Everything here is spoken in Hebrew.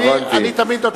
לא, אני תמיד נותן קרדיט.